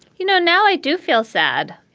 you know, now i do feel sad